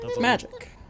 magic